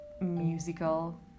musical